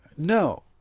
No